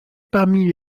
parmi